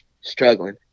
struggling